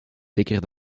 dikker